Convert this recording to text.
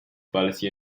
policy